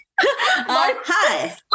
Hi